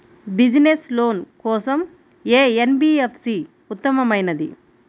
Business loan కోసం ఏ NBFC ఉత్తమమైనది?